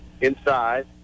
inside